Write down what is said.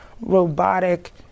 robotic